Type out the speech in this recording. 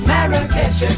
Marrakesh